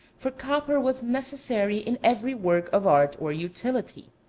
for copper was necessary in every work of art or utility.